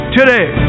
today